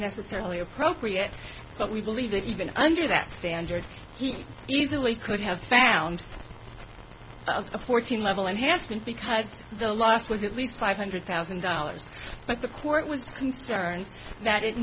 necessarily appropriate but we believe that even under that standard he easily could have found a fourteen level enhancement because the last was at least five hundred thousand dollars but the court was concerned that it